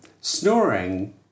Snoring